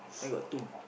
mine got two